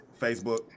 Facebook